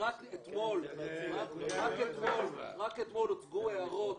רק אתמול הוצגו ההערות.